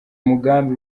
mugambi